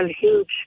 huge